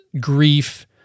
grief